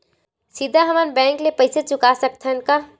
सीधा हम मन बैंक ले पईसा चुका सकत हन का?